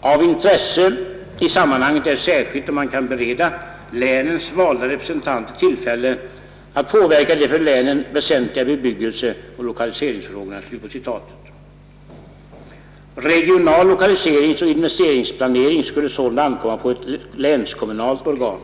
>Av intresse i sammanhanget är särskilt om man kan bereda länens valda representanter tillfälle att påverka de för länen väsentliga bebyggelseoch lokaliseringsfrågorna.> Regional lokaliseringsoch investeringsplanering skulle sålunda ankomma på ett länskommnalt organ.